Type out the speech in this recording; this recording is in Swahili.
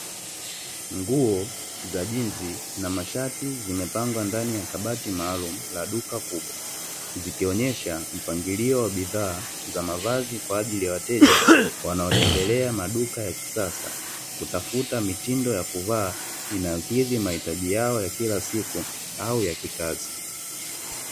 Nguo za jinsi na mashati zimepangwa ndani ya kabati maalumu la duka kubwa, zikionesha mpangilio wa bidhaa za mavazi kwa ajili ya wateja wanaotembelea maduka ya kisasa, kutafuta mitindo ya kuvaa inayokidhi mahitaji yao ya kila siku au ya kikazi.